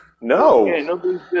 No